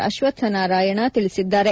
ಅಶ್ವತ್ ನಾರಾಯಣ ತಿಳಿಸಿದ್ದಾರೆ